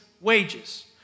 wages